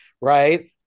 right